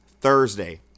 Thursday